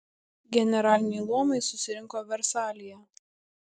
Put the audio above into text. generaliniai luomai susirinko versalyje